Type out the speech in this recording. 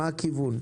מה הכיוון?